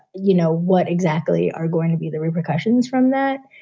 you know, what exactly are going to be the repercussions from that?